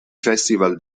festival